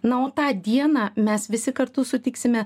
na o tą dieną mes visi kartu sutiksime